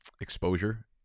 exposure